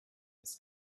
his